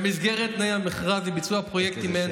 במסגרת תנאי המכרז לביצוע פרויקטים מעין